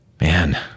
man